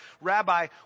Rabbi